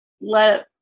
let